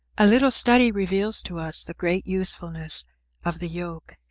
a little study reveals to us the great usefulness of the yoke.